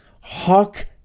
Hawk